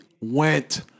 went